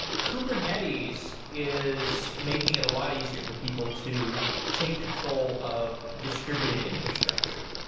kubernetes is making it a lot easier for people to take control of distributed infrastructure.